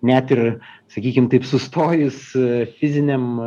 net ir sakykim taip sustojus fiziniam